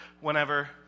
Whenever